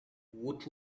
woot